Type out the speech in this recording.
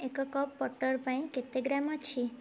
ଏକ cup butter ପାଇଁ କେତେ ଗ୍ରାମ୍ ଅଛି